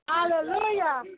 Hallelujah